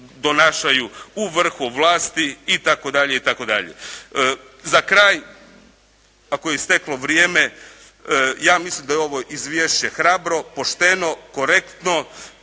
donašaju u vrhu vlasti itd. itd. Za kraj, ako je isteklo vrijeme. Ja mislim da je ovo izvješće hrabro, pošteno, korektno,